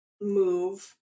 move